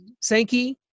sankey